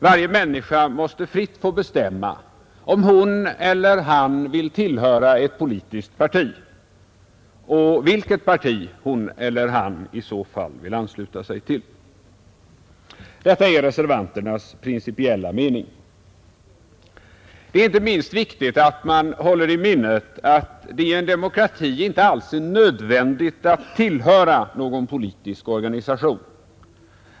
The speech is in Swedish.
Varje människa måste fritt få bestämma om hon eller han vill tillhöra ett politiskt parti och vilket parti hon eller han i så fall vill ansluta sig till. Detta är reservanternas principiella mening. Det är inte minst viktigt att hålla i minnet att det i en demokrati inte alls är nödvändigt att tillhöra någon politisk organisation.